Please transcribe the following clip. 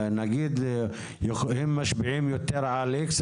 נניח הם משפיעים יותר על X,